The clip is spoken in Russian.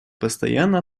постоянно